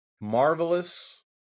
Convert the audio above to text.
Marvelous